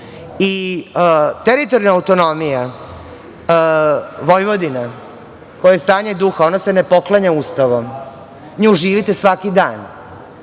i teritorijalna autonomija Vojvodine, koja je stanje duha, ona se ne poklanja Ustavom, nju živite svaki dan,